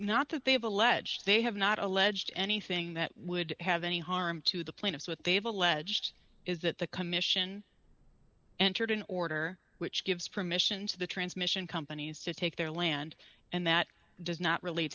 not that they have alleged they have not alleged anything that would have any harm to the plaintiffs what they have alleged is that the commission entered an order which gives permission to the transmission companies to take their land and that does not re